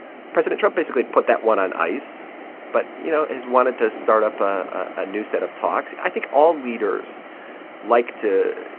president trump basically put that one on ice but, you know, has wanted to start up a new set of talks. i think all leaders like to,